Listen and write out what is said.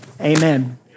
amen